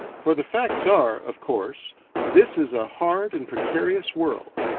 for the facts are of course this is a hard and precarious world,